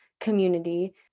community